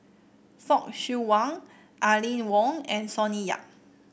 Fock Siew Wah Aline Wong and Sonny Yap